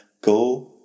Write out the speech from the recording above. go